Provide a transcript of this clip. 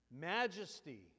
Majesty